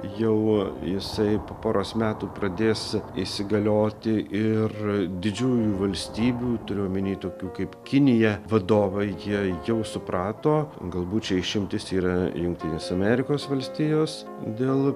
jau jisai po poros metų pradės įsigalioti ir didžiųjų valstybių turiu omeny tokių kaip kinija vadovai jie jau suprato galbūt čia išimtis yra jungtinės amerikos valstijos dėl